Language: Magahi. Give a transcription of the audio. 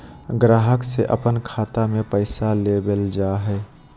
ग्राहक से अपन खाता में पैसा लेबल जा हइ